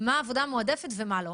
מה עבודה מועדפת ומה לא.